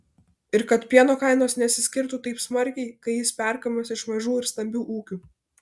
ir kad pieno kainos nesiskirtų taip smarkiai kai jis perkamas iš mažų ir stambių ūkių